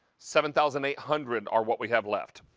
seven thousand eight hundred are what we have left.